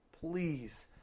Please